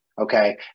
Okay